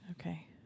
Okay